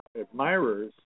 admirers